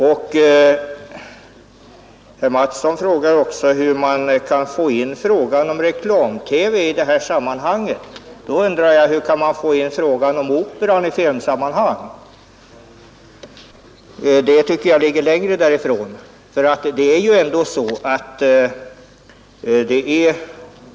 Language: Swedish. Herr Mattsson frågar också hur man kan komma in på frågan om reklam-TV i detta sammanhang. Då undrar jag hur man kan komma in på frågan om Operan i filmsammanhang. Jag tycker att man då har kommit ännu längre bort från ämnet.